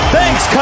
Thanks